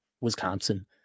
Wisconsin